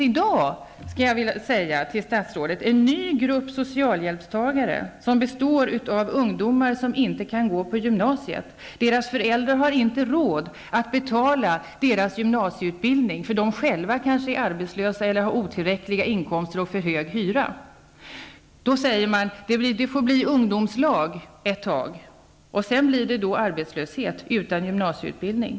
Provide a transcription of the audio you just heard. Jag vill säga till statsrådet att det finns en ny grupp socialhjälpstagare som består av ungdomar som inte kan gå på gymnasiet. Deras föräldrar har inte råd att betala dessa ungdomars gymnasieutbildning, eftersom de själva kanske är arbetslösa eller har otillräckliga inkomster och för hög hyra. Då säger man att det får bli ungdomslag under en period. Men sedan blir det arbetslöshet, som blir extra betungande om man inte har någon gymnasieutbildning.